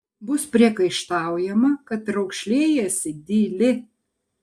bus priekaištaujama kad raukšlėjiesi dyli